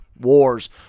Wars